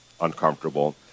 uncomfortable